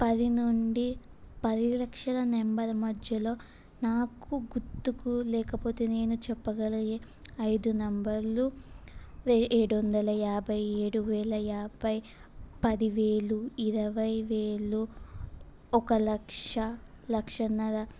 పది నుండి పది లక్షల నంబర్ మధ్యలో నాకు గుర్తుకు లేకపోతే నేను చెప్పగలిగే ఐదు నంబర్లు ఏడు వందలు యాభై ఏడు వేల యాభై పది వేలు ఇరవై వేలు ఒక లక్ష లక్షన్నర